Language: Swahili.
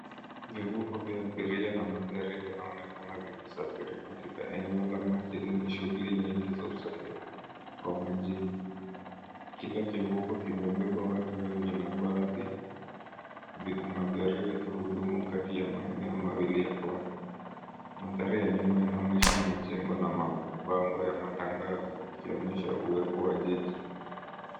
Vivuko vya abiria na magari vinaonekana vikisafiri katika eneo la maji lenye shughuli nyingi za usafiri wa majini. Kila kivuko kimebeba watu wengi na baadhi vina magari vikihudumu kati ya maeneo mawili ya pwani. Mandhari ya nyuma inaonyesha majengo na mabango ya matangazo ikionyesha uwepo wa jiji.